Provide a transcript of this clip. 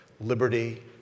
liberty